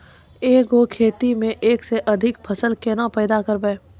एक गो खेतो मे एक से अधिक फसल केना पैदा करबै?